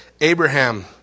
Abraham